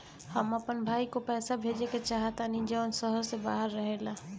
हम अपन भाई को पैसा भेजे के चाहतानी जौन शहर से बाहर रहेला